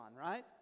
right